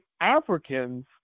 Africans